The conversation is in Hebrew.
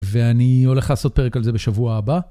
ואני הולך לעשות פרק על זה בשבוע הבא.